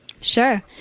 Sure